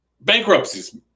bankruptcies